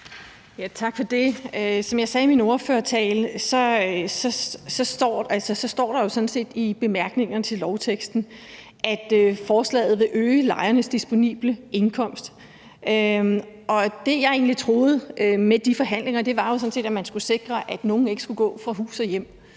Tak for det. Som jeg sagde i min ordførertale, står der jo sådan set i bemærkningerne til lovteksten, at forslaget vil øge lejernes disponible indkomst. Det, jeg egentlig troede man skulle med de forhandlinger, var jo, at man skulle sikre, at nogen ikke skulle gå fra hus og hjem.